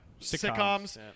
sitcoms